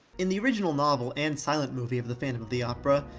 in the original novel and silent movie of the phantom of the opera,